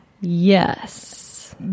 Yes